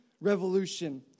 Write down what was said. revolution